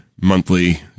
monthly